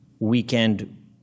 weekend